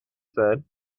said